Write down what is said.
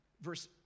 Verse